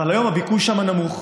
אבל היום הביקוש שם נמוך.